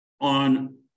On